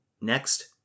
Next